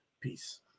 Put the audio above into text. peace